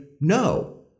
no